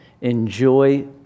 enjoy